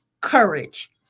courage